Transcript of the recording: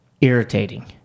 irritating